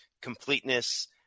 completeness